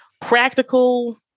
practical